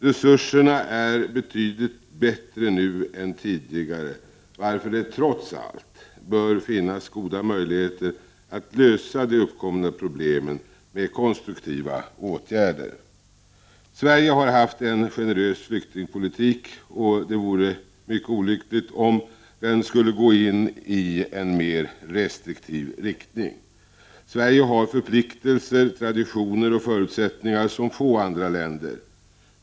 Resurserna är betydligt bättre nu än tidigare, varför det trots allt bör finnas goda möjligheter att lösa de uppkomna problemen med konstruktiva åtgärder. Sverige har haft en generös flyktingpolitik, och det vore mycket olyckligt om den skulle gå i en mera restriktiv riktning. Sverige har förpliktelser, traditioner och förutsättningar som få andra länder.